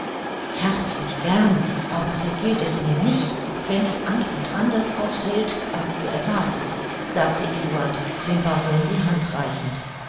herzlich gern aber vergilt es mir nicht wenn die antwort anders ausfällt als du erwartest sagte eduard dem baron die hand reichend